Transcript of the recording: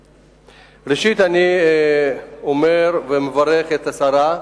ראשית, אני מברך את השרה.